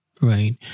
Right